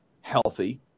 healthy